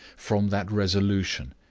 from that resolution,